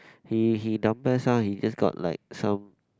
he he down pes ah he just got like some